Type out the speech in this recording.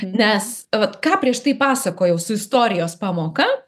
nes vat ką prieš tai pasakojau su istorijos pamoka